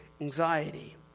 anxiety